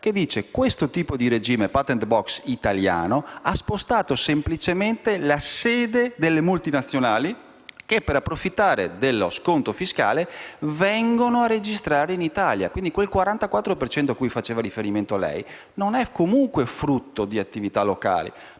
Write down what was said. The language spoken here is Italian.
secondo cui questo tipo di regime, *patent box* italiano, ha spostato semplicemente la sede delle multinazionali che, per approfittare dello sconto fiscale, vengono registrate in Italia. Quindi, quel 44 per cento a cui faceva riferimento lei non è comunque frutto di attività locali,